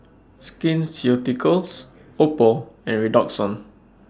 Skin Ceuticals Oppo and Redoxon